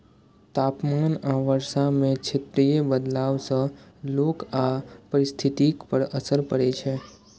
तापमान आ वर्षा मे क्षेत्रीय बदलाव सं लोक आ पारिस्थितिकी पर असर पड़ै छै